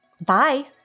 Bye